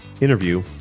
interview